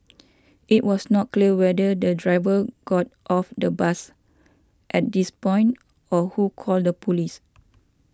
it was not clear whether the driver got off the bus at this point or who called the police